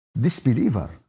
disbeliever